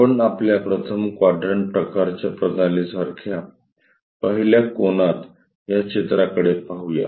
आपण आपल्या प्रथम क्वाड्रन्ट प्रकारच्या प्रणालीसारख्या पहिल्या कोनात या चित्राकडे पाहू या